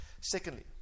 Secondly